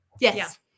Yes